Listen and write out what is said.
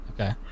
Okay